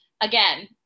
Again